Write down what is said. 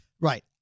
Right